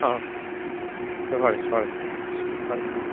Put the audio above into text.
आं कळ्ळें कळ्ळें हय कळ्ळें